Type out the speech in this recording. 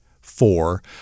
four